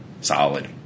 Solid